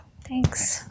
Thanks